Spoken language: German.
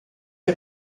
der